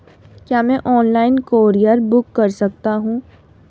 क्या मैं online courier book कर सकता हूँ?